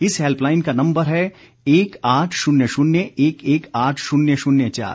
इस हेल्पलाइन का नम्बर है एक आठ शून्य शून्य एक एक आठ शून्य शून्य चार